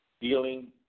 Dealing